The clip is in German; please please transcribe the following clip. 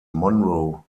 monroe